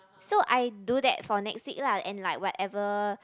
so I do that for next week lah and like whatever